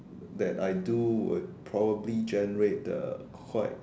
that I do will probably generate the quite